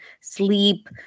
sleep